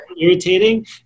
irritating